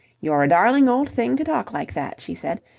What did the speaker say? you're a darling old thing to talk like that, she said,